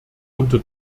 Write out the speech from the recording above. unter